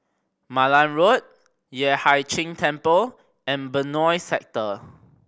Malan Road Yueh Hai Ching Temple and Benoi Sector